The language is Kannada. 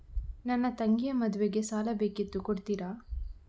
ನನ್ನ ತಂಗಿಯ ಮದ್ವೆಗೆ ಸಾಲ ಬೇಕಿತ್ತು ಕೊಡ್ತೀರಾ?